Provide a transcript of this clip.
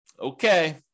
Okay